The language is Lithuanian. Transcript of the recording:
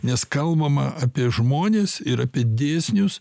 nes kalbama apie žmones ir apie dėsnius